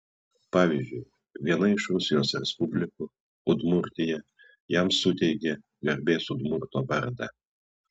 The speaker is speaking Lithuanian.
pavyzdžiui viena iš rusijos respublikų udmurtija jam suteikė garbės udmurto vardą